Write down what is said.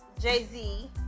Jay-Z